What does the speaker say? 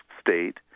state